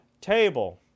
table